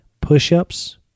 push-ups